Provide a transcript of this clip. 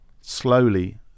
Slowly